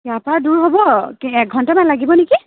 ইয়াৰ পৰা দূৰ হ'ব এক ঘণ্টা মান লাগিব নিকি